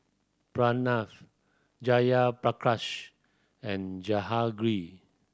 Pranav Jayaprakash and Jehangirr